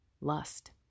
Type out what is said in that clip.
lust